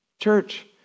Church